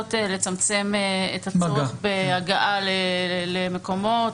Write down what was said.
לנסות לצמצם את הצורך בהגעה למקומות,